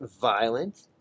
violent